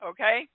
Okay